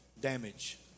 damage